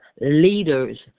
leaders